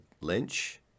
Lynch